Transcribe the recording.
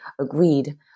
agreed